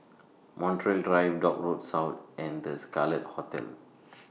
Montreal Drive Dock Road South and The Scarlet Hotel